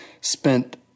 spent